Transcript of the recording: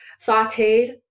sauteed